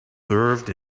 served